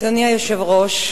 אדוני היושב-ראש,